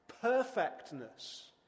Perfectness